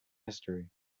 history